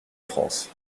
france